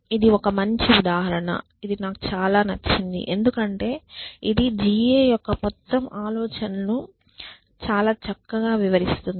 ఇది ఒక మంచి ఉదాహరణ ఇది నాకు చాలా నచ్చింది ఎందుకంటే ఇది GA యొక్క మొత్తం ఆలోచనను చాలా చక్కగా వివరిస్తుంది